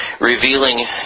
revealing